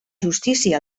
justícia